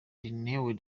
renewed